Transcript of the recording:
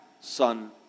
son